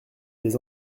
des